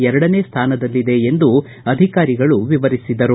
ಎರಡನೇ ಸ್ಥಾನದಲ್ಲಿದೆ ಎಂದು ಅಧಿಕಾರಿಗಳು ವಿವರಿಸಿದರು